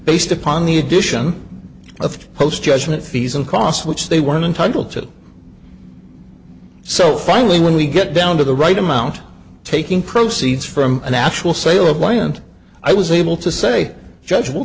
based upon the addition of post judgment fees and costs which they weren't entitled to so finally when we get down to the right amount taking proceeds from the natural sale of land i was able to say the judge will